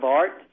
art